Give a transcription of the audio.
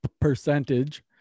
percentage